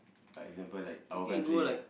like example like our country